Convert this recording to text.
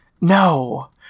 No